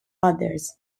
others